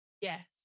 yes